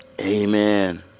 Amen